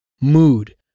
mood